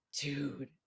dude